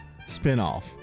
spinoff